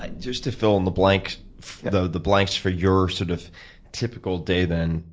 ah just to fill in the blank though, the blanks for your sort of typical day then,